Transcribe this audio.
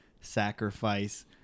sacrifice